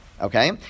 Okay